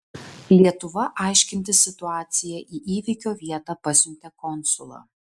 lietuva aiškintis situaciją į įvykio vietą pasiuntė konsulą